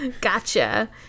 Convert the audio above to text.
gotcha